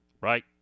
right